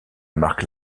marque